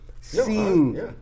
seen